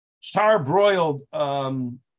char-broiled